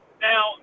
Now